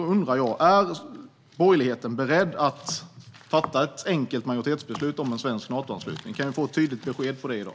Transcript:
Då undrar jag: Är borgerligheten beredd att fatta ett beslut med enkel majoritet om en svensk Natoanslutning? Kan vi få ett tydligt besked om det i dag?